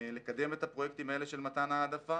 לקדם את הפרויקטים האלה של מתן העדפה,